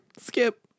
skip